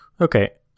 Okay